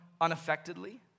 unaffectedly